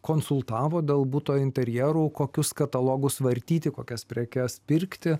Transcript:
konsultavo dėl buto interjerų kokius katalogus vartyti kokias prekes pirkti